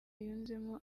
yunzemo